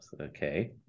okay